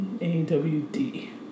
a-w-d